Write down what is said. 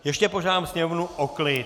Ještě požádám sněmovnu o klid.